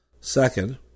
Second